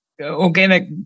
organic